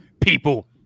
people